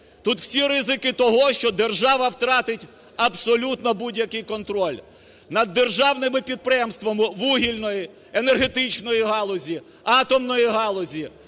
тут всі ризики того, що держава втратить абсолютно будь-який контроль над державними підприємствами вугільної, енергетичної галузі, атомної галузі,